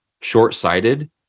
short-sighted